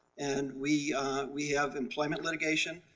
and we we have employment litigation,